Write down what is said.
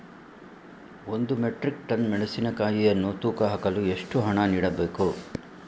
ಒಂದು metric ton ಮೆಣಸಿನಕಾಯಿಯನ್ನು ತೂಕ ಹಾಕಲು ಎಷ್ಟು ಹಣ ನೀಡಬೇಕು?